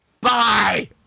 Bye